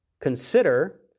Consider